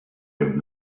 him